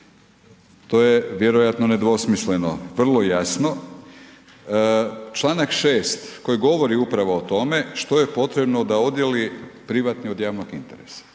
to je vjerojatno nedvosmisleno, vrlo jasno. Čl. 6. koji govori upravo o tome što je potrebno da odjeli privatni od javnog interesa,